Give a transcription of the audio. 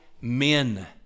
men